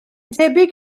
debyg